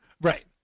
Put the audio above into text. Right